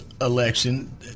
election